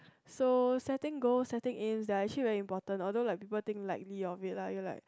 so setting goals setting aims they are actually very important although like people think lightly of it lah you like